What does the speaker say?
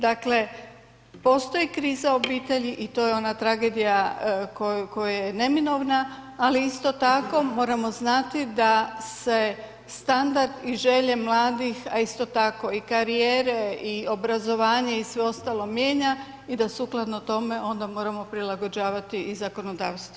Dakle, postoji kriza obitelji i to je ona tragedija koja je neminovna, ali isto tako moramo znati da se standard i želje mladih, a isto tako i karijere i obrazovanje i sve ostalo mijenja i sukladno tome onda moramo prilagođavati i zakonodavstvo.